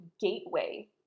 gateway